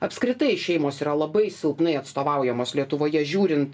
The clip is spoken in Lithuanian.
apskritai šeimos yra labai silpnai atstovaujamos lietuvoje žiūrint